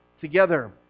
together